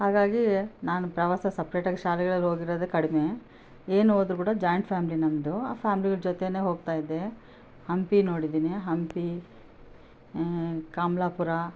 ಹಾಗಾಗಿ ನಾನು ಪ್ರವಾಸ ಸಪ್ರೇಟಾಗಿ ಶಾಲೆಗಳಲ್ಲಿ ಹೋಗಿರೋದೇ ಕಡಿಮೆ ಏನು ಹೋದರು ಕೂಡ ಜಾಯಿಂಟ್ ಫ್ಯಾಮ್ಲಿ ನಮ್ದು ಆ ಫ್ಯಾಮಿಲಿಯವ್ರ ಜೊತೆಗೇ ಹೋಗ್ತಾ ಇದ್ದೆ ಹಂಪಿ ನೋಡಿದ್ದೀನಿ ಹಂಪಿ ಕಮಲಾಪುರ